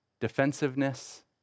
defensiveness